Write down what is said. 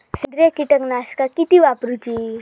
सेंद्रिय कीटकनाशका किती वापरूची?